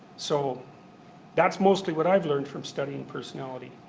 so that's mostly what i've learned from studying personality.